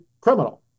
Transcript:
criminal